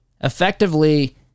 effectively